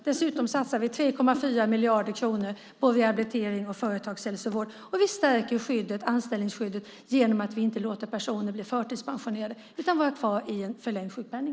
Dessutom satsar vi 3,4 miljarder kronor på rehabilitering och företagshälsovård, och vi stärker anställningsskyddet genom att vi inte låter personer bli förtidspensionerade utan vara kvar i en förlängd sjukpenning.